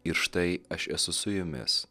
ir štai aš esu su jumis